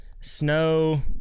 snow